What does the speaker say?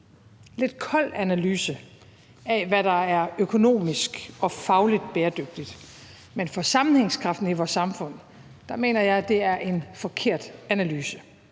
lidt kold analyse af, hvad der er økonomisk og fagligt bæredygtigt, men for sammenhængskraften i vores samfund mener jeg, det er en forkert analyse.